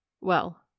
Well